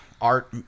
art